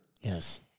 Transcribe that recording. Yes